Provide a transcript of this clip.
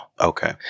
Okay